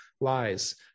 lies